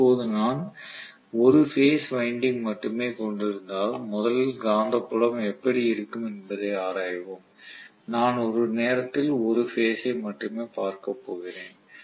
இப்போது நான் 1 phase winding மட்டுமே கொண்டிருந்தால் முதலில் காந்தப்புலம் எப்படி இருக்கும் என்பதை ஆராய்வோம் நான் ஒரு நேரத்தில் ஒரு பேஸ் ஐ மட்டுமே பார்க்கப் போகிறேன்